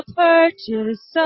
purchase